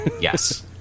Yes